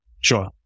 Sure